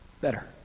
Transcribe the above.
better